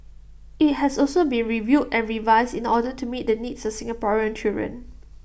IT has also been reviewed and revised in order to meet the needs of Singaporean children